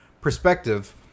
perspective